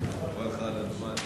ההצעה להעביר